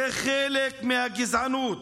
זה חלק מהגזענות.